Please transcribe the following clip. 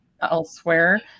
elsewhere